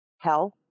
hell